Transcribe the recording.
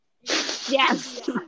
Yes